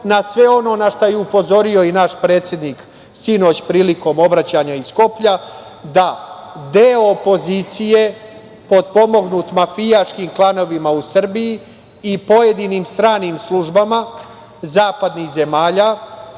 na sve ono na šta je upozorio i naš predsednik sinoć prilikom obraćanja iz Skoplja, da deo opozicije potpomognut mafijaškim klanovima u Srbiji i pojedinim stranim službama zapadnih zemalja,